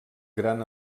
gran